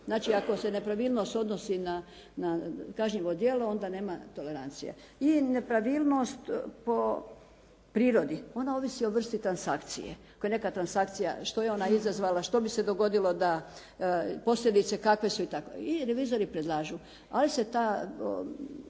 Znači ako se nepravilnost odnosi na kažnjivo djelo onda nema tolerancije. I nepravilnost po prirodi. Ona ovisi o vrsti transakcije. Ako je neka transakcija što je ona izazvala, što bi se dogodilo da, posljedice kakve su itd. I revizori predlažu, ali se ta